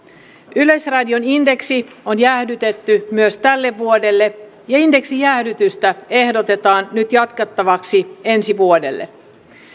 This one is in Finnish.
yleisradion indeksi on jäädytetty myös tälle vuodelle ja indeksijäädytystä ehdotetaan nyt jatkettavaksi ensi vuodelle